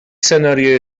سناریوی